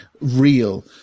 real